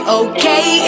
okay